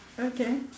okay